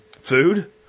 Food